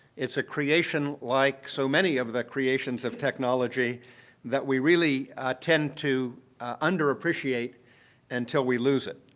it's a creation like so many of the creations of technology that we really tend to underappreciate until we lose it.